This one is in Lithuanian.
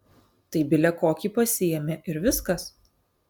tai bile kokį pasiėmė ir viskas